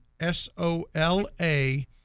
S-O-L-A